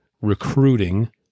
Recruiting